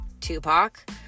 Tupac